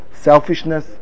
selfishness